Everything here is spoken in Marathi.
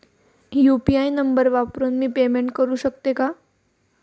यु.पी.आय नंबर वापरून मी पेमेंट करू शकते का?